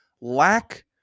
lack